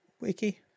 Wiki